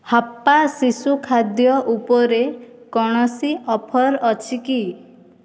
ହାପ୍ପା ଶିଶୁ ଖାଦ୍ୟ ଉପରେ କୌଣସି ଅଫର୍ ଅଛି କି